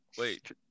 wait